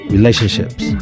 Relationships